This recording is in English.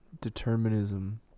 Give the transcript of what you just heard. determinism